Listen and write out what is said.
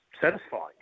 satisfying